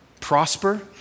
prosper